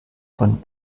von